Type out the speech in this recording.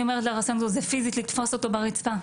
אומרת לרסן אותו זה פיזית לתפוס אותו ברצפה,